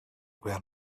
were